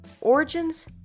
origins